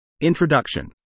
Introduction